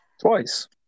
Twice